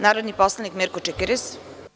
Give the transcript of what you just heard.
Narodni poslanik Mirko Čikiriz.